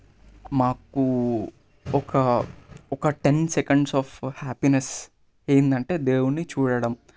మాకు ఒక ఒక టెన్ సెకండ్స్ ఆఫ్ హ్యాపీనెస్ ఏంటంటే దేవున్ని చూడడం